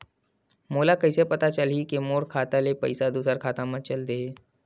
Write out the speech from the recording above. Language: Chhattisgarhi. मोला कइसे पता चलही कि मोर खाता ले पईसा दूसरा खाता मा चल देहे?